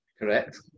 Correct